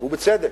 ובצדק.